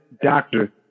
doctor